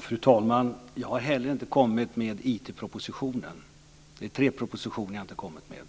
Fru talman! Jag har inte kommit med IT proposition. Det är tre propositioner jag inte har kommit med.